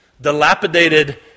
dilapidated